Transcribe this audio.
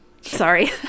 Sorry